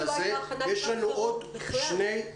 יש לנו עוד שני נושאים.